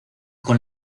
con